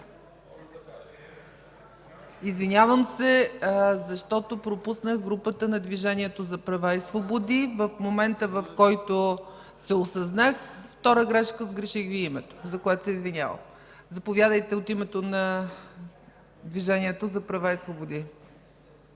Извинявам се, защото пропуснах групата на Движението за права и свободи. В момента, в който се осъзнах – втора грешка, сгреших Ви името, за което се извинявам. Заповядайте от името на Движението за права и свободи.